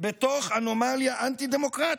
בתוך אנומליה אנטי-דמוקרטית.